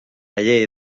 llei